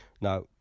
Now